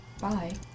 Bye